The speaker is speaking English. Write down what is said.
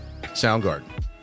Soundgarden